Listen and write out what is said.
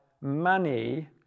money